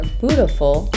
beautiful